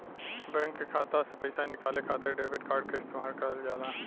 bank के खाता से पइसा निकाले खातिर डेबिट कार्ड क इस्तेमाल करल जाला